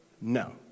No